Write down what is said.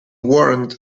warrant